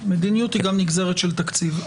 מדיניות היא גם נגזרת של תקציב.